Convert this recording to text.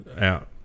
out